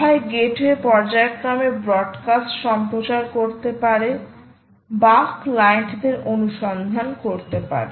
হয় গেটওয়ে পর্যায়ক্রমে broadcast সম্প্রচার করতে পারে বা ক্লায়েন্টদের অনুসন্ধান করতে পারে